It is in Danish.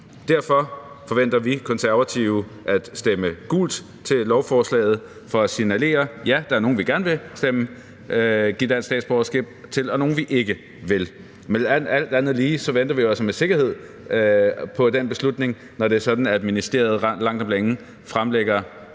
Derfor forventer vi Konservative at stemme gult til lovforslaget for at signalere, at ja, der er nogle, som vi gerne vil give dansk statsborgerskab til, og nogle, som vi ikke vil give det til. Men alt andet lige venter vi jo altså med sikkerhed på den beslutning, når det er sådan, at ministeriet langt om længe fremlægger